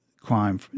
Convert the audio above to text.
crime